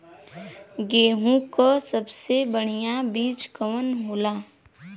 गेहूँक सबसे बढ़िया बिज कवन होला?